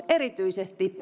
erityisesti